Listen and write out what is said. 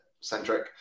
centric